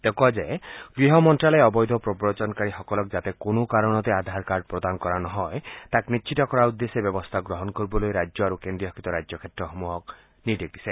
তেওঁ কয় যে গৃহ মন্ত্যালয়ে অবৈধ প্ৰৱজনকাৰীসকলক যাতে কোনো কাৰণতে আধাৰ কাৰ্ড প্ৰদান কৰা নহয় তাক নিশ্চিত কৰাৰ উদ্দেশ্য ব্যৱস্থা গ্ৰহণ কৰিবলৈ ৰাজ্য আৰু কেন্দ্ৰীয় শাসিত ৰাজ্য ক্ষেত্ৰসমূহক নিৰ্দেশ দিছে